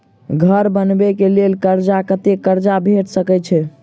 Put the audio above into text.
घर बनबे कऽ लेल कर्जा कत्ते कर्जा भेट सकय छई?